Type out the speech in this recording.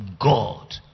God